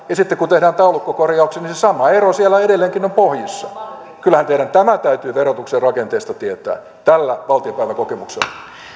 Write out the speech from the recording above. ja sitten kun tehdään taulukkokorjauksia niin se sama ero siellä edelleenkin on pohjissa kyllähän teidän tämä täytyy verotuksen rakenteesta tietää tällä valtiopäiväkokemuksella